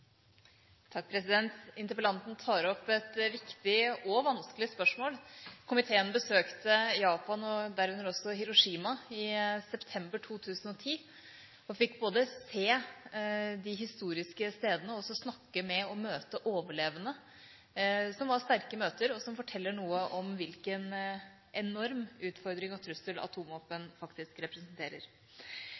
vanskelig spørsmål. Komiteen besøkte Japan – herunder også Hiroshima – i september 2010 og fikk både se de historiske stedene og snakke med overlevende. Det var sterke møter, som forteller noe om hvilken enorm utfordring og trussel atomvåpen faktisk representerer.